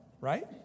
right